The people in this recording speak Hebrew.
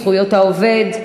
זכויות העובד,